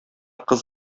кыз